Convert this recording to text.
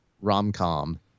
rom-com